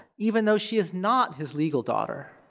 even though she is not his legal daughter.